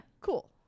Cool